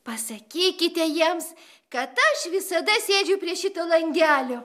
pasakykite jiems kad aš visada sėdžiu prie šito langelio